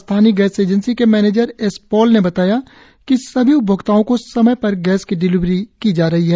स्थानीय gas agency के manager S Paul ने बताया कि सभी उपभोक्ताओं को समय पर गैस की डिलिवरी की जा रही है